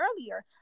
earlier